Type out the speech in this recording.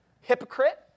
hypocrite